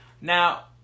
Now